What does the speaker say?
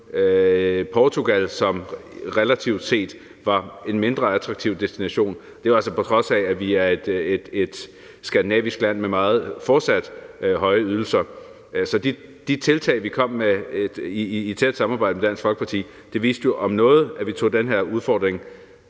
Portugal, som relativt set var en mindre attraktiv destination. Det er altså på trods af, at vi er et skandinavisk land med fortsat meget høje ydelser. Så de tiltag, vi kom med i et tæt samarbejde med Dansk Folkeparti, viste jo om noget, at vi tog den her udfordring